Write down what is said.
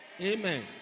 Amen